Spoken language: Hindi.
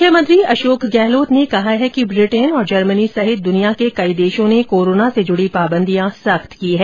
मुख्यमंत्री अशोक गहलोत ने कहा है कि ब्रिटेन और जर्मनी सहित दुनिया के कई देशों ने कोरोना से जुड़ी पाबंदियां सख्त की हैं